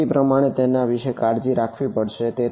સમજૂતી પ્રમાણે આપણે તેના વિશે કાળજી રાખવી પડશે